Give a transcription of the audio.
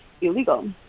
illegal